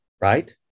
right